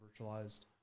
virtualized